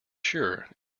sure